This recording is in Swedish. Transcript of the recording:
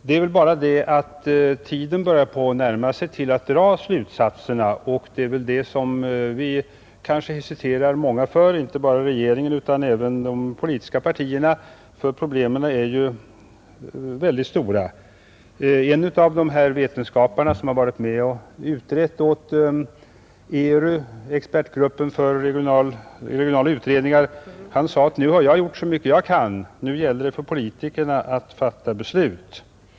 Det är väl bara det att tiden börjar närma sig för att dra slutsatserna, och det är kanske det många av oss hesiterar inför, inte bara regeringen utan även de politiska partierna. En av dessa vetenskapare som har varit med och utrett åt ERU — expertgruppen för regionala utredningar — sade att nu har jag gjort så mycket jag kan, nu gäller det för politikerna att fatta beslut.